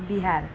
Bihar